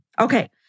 Okay